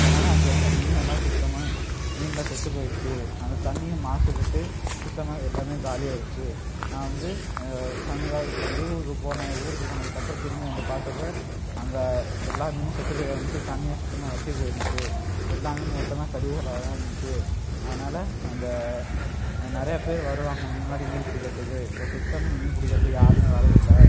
அதனால் அங்கே இருந்த மீனெல்லாம் சுத்தமாக மீனுலாம் செத்து போயிடுச்சு அந்த தண்ணீயும் மாசுப்பட்டு சுத்தமாக எல்லாமே காலி ஆயிடுச்சி நான் வந்து சமிகாது லீவுக்கு போன ஊருக்கு போனதுக்கப்புறம் திரும்பி வந்து பார்த்தப்ப அங்கே எல்லா மீனும் செத்து போய் கடந்துச்சி தண்ணியும் சுத்தமாக வற்றி போயிருந்துச்சு எல்லாமே மொத்தமாக கழிவுகளாக தான் இருந்துச்சு அதனால் அந்த நிறைய பேர் வருவாங்க முன்னாடி மீன் பிடிக்கிறதுக்கு இப்போ சுத்தமாக மீன் பிடிக்கிறதுக்கு யாருமே வரதில்ல